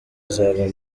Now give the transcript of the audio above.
azaba